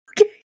okay